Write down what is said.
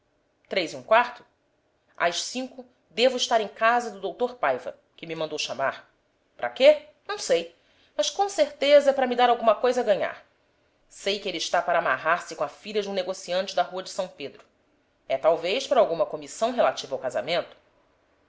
e um quarto as cinco devo estar em casa do dr paiva que me mandou chamar para quê não sei mas com certeza é para me dar alguma coisa a ganhar sei que ele está para amarrar-se com a filha de um negociante da rua de são pedro é talvez para alguma comissão relativa ao casamento